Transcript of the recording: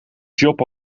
job